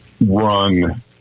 run